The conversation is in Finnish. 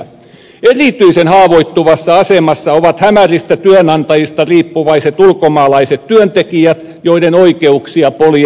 erityisen haavoittuvassa asemassa ovat hämäristä työnantajista riippuvaiset ulkomaalaiset työntekijät joiden oikeuksia poljetaan rumasti